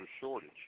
shortage